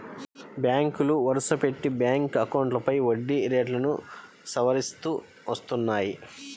బ్యాంకులు వరుసపెట్టి బ్యాంక్ అకౌంట్లపై వడ్డీ రేట్లను సవరిస్తూ వస్తున్నాయి